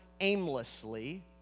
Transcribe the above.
aimlessly